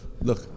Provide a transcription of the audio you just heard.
look